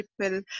people